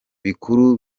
bikuru